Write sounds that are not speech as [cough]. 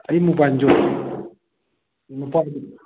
ꯑꯩ ꯃꯣꯕꯥꯏꯜꯖꯦ ꯌꯣꯟꯕ [unintelligible]